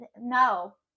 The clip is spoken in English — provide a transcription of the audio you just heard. No